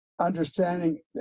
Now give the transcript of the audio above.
understanding